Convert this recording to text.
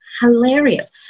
hilarious